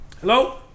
hello